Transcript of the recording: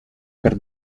per